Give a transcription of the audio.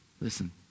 Listen